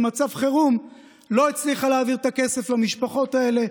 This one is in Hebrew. במצב חירום לא הצליחה להעביר את הכסף למשפחות האלה,